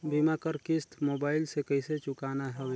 बीमा कर किस्त मोबाइल से कइसे चुकाना हवे